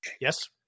Yes